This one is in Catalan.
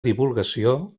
divulgació